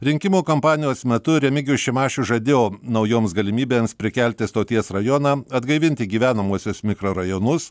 rinkimų kampanijos metu remigijus šimašius žadėjo naujoms galimybėms prikelti stoties rajoną atgaivinti gyvenamuosius mikrorajonus